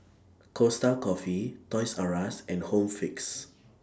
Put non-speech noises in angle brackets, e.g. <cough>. Costa Coffee Toys R US and Home Fix <noise>